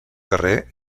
carrer